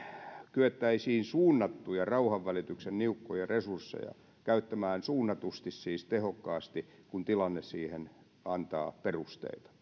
kyettäisiin suunnattuja rauhanvälityksen niukkoja resursseja käyttämään suunnatusti siis tehokkaasti kun tilanne siihen antaa perusteita